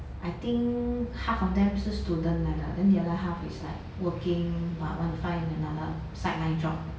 I think half of them 是 student 来的 then the other half is like working but want to find another sideline job